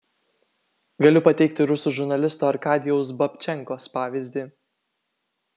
galiu pateikti rusų žurnalisto arkadijaus babčenkos pavyzdį